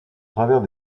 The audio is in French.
travers